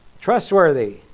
Trustworthy